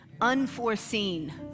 unforeseen